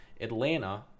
Atlanta